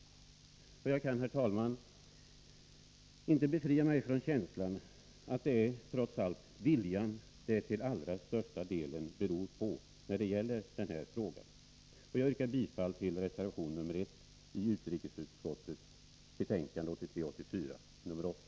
Jag kan, herr talman, inte befria mig från känslan att det trots allt är vilja som det till allra största delen beror på när det gäller den här frågan. Jag yrkar bifall till reservation 1 i utrikesutskottets betänkande 1983/84:8.